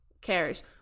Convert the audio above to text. cares